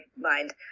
mind